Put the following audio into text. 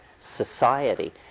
society